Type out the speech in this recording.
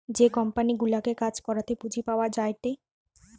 যে কোম্পানি গুলাতে কাজ করাতে পুঁজি পাওয়া যায়টে